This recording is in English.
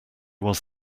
was